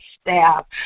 staff